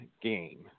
game